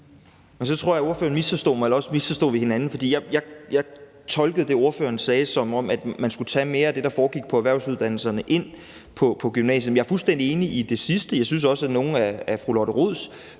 Så tror jeg, at ordføreren misforstod mig, eller også misforstod vi hinanden. Jeg tolkede det, ordføreren sagde, som at man skulle tage mere af det, der foregik på erhvervsuddannelserne, ind på gymnasiet. Men jeg er fuldstændig enig i det sidste. Jeg synes også, at nogle af fru Lotte Rods